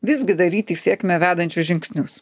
visgi daryti į sėkmę vedančius žingsnius